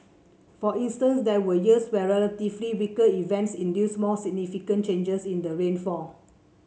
for instance there were years where relatively weaker events induced more significant changes in the rainfall